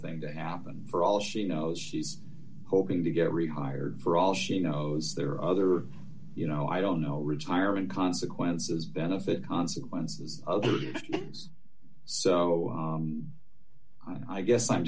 thing to happen for all she knows she's hoping to get rehired for all she knows there are other you know i don't know retirement consequences benefit consequences of these so i guess i'm